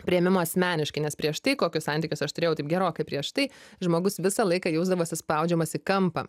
priėmimo asmeniškai nes prieš tai kokius santykius aš turėjau tai gerokai prieš tai žmogus visą laiką jausdavosi spaudžiamas į kampą